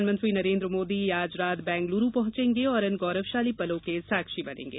प्रधानमंत्री नरेन्द्र मोदी आज रात बेंगलुरू पहुंचेंगे और इन गौरवशाली पलों के साक्षी बनेंगे